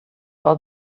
all